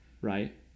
right